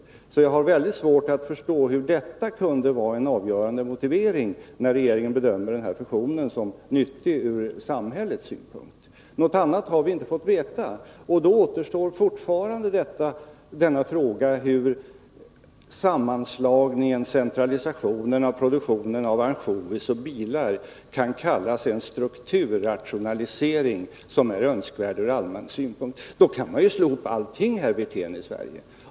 Jag har mycket svårt att förstå hur detta kunde vara en avgörande motivering när regeringen bedömde fusionen som nyttig ur samhällets synpunkt. Något annat har vi inte fått veta. Då återstår fortfarande frågan hur sammanslagningen, centralisationen av produktionen av ansjovis och bilar, kan kallas en strukturrationalisering önskvärd ur allmän synpunkt. Då kan man ju, herr Wirtén, slå ihop allting här i Sverige.